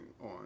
on